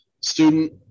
student